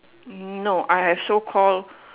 no I have so call